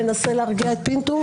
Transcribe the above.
מנסה להרגיע את פינדרוס?